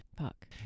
fuck